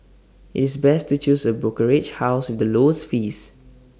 it's best to choose A brokerage house with the lowest fees